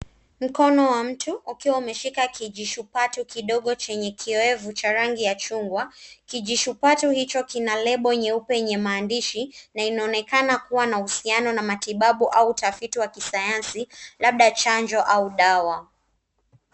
Mkono wa mtu akiwa ameshika kijishupatu kidogo chenye kioevu cha rangi ya chungwa. Kijishupatu hicho kina lebo nyeupe yenye maandishi, na inaonekana kua na uhusiano na matibabu au utafiti wa kisayansi, labda chanjo au dawa.